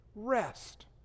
rest